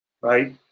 right